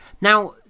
Now